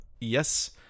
yes